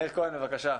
מאיר כהן, בבקשה.